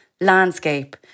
landscape